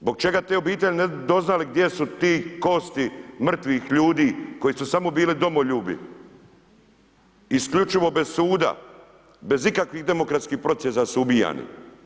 Zbog čega te obitelji ne bi doznali gdje su te kosti mrtvih ljudi koji su samo bili domoljubi, isključivo bez suda, bez ikakvih demokratskih procesa su ubijeni.